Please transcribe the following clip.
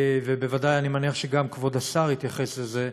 ובוודאי, אני מניח שגם כבוד השר יתייחס לזה,